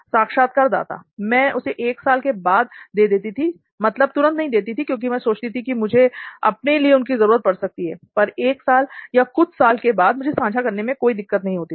साक्षात्कारदाता मैं उसे 1 साल के बाद दे दे देती थी मतलब तुरंत नहीं देती थी क्योंकि मैं सोचती थी कि मुझे अपने लिए उनकी जरूरत पड़ सकती थी पर 1 साल या कुछ साल के बाद मुझे सांझा करने में कोई दिक्कत नहीं होती थी